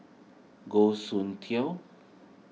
Goh Soon Tioe